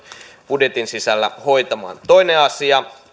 budjetin sisällä hoitamaan toinen asia